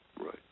Right